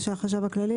של החשב הכללי,